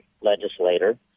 legislator